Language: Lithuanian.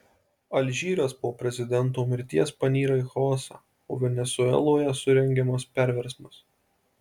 alžyras po prezidento mirties panyra į chaosą o venesueloje surengiamas perversmas